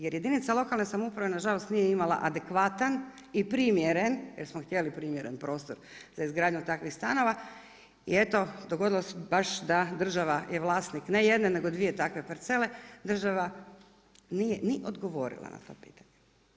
Jer jedinica lokalne samouprave nažalost nije imala adekvatan i primjeren, jer smo htjeli primjeren prostor za izgradnju takvih stanova i eto dogodilo se baš da država i vlasnik, ne jedne nego dvije takve parcele, država nije ni odgovorila na to pitanje.